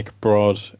broad